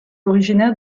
originaire